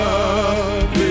Love